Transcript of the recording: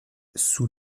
sous